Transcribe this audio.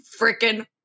freaking